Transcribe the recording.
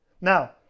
Now